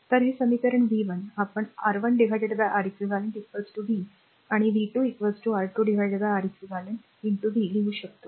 तर हे समीकरण v 1 आपण R1 R eq v आणि v 2 R2 R eq v लिहू शकतो